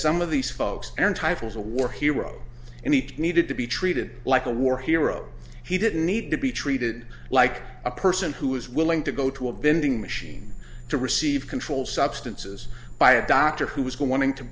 some of these folks entitles a war hero and he needed to be treated like a war hero he didn't need to be treated like a person who is willing to go to a vending machine to receive controlled substances by a doctor who is going to